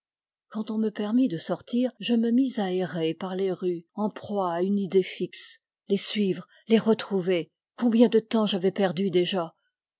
quand on me permit de sortir je me mis à errer par les rues en proie à une idée fixe les suivre les retrouver combien de temps j'avais perdu déjà